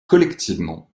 collectivement